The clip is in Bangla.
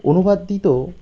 অনুবাদটি তো